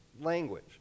language